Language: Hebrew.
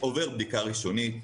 עובר בדיקה ראשונית,